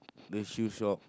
the shoe shop